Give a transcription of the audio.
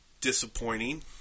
disappointing